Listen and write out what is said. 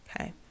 okay